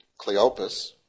Cleopas